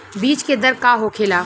बीज के दर का होखेला?